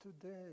today